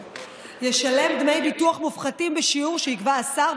ישלם דמי ביטוח מופחתים בשיעור שיקבע השר,